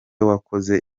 wakoze